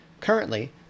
Currently